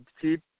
Keep